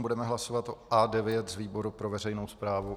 Budeme hlasovat o A9 z výboru pro veřejnou správu.